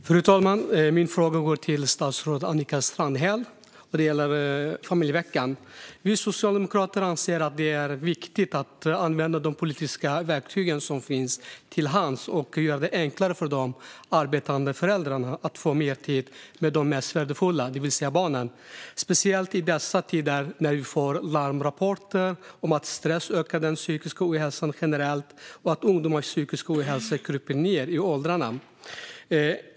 Fru talman! Min fråga går till statsrådet Annika Strandhäll, och den gäller familjeveckan. Vi socialdemokrater anser att det är viktigt att använda de politiska verktyg som finns till hands och göra det enklare för arbetande föräldrar att få mer tid med de mest värdefulla, det vill säga barnen, speciellt i dessa tider när vi får larmrapporter om att stress ökar den psykiska ohälsan generellt och att ungdomars psykiska ohälsa kryper ned i åldrarna.